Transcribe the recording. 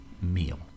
meal